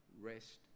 rest